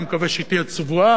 אני מקווה שהיא תהיה צבועה.